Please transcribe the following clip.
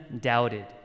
doubted